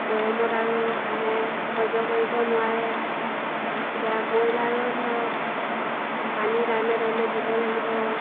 গৰমত আৰু হাঁহে সহ্য কৰিব নোৱাৰে এতিয়া ব্ৰইলাৰো ধৰক পানী টাইমে টাইমে দিব লাগিব